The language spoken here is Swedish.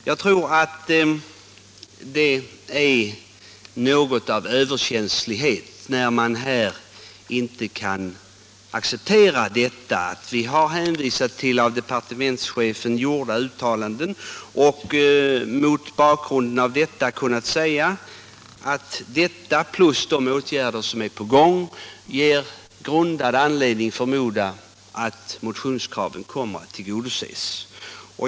Jag tror det är något av överkänslighet när man inte kan acceptera att vi har hänvisat till av departementschefen gjorda uttalanden, mot bakgrund av vilka vi kunnat säga att detta plus de åtgärder som är på gång ger grundad anledning förmoda att motionskraven kommer att tillgodoses.